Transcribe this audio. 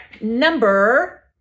number